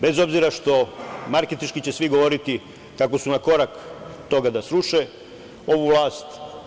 Bez obzira što marketinški će svi govoriti kako su na korak do toga da sruše ovu vlast.